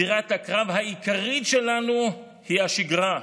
זירת הקרב העיקרית שלנו היא השגרה: